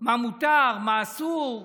מה מותר מה אסור,